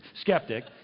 skeptic